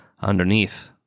underneath